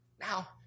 Now